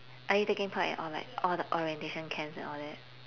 are you taking part in all like all the orientation camps and all that